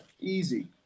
easy